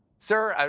sir,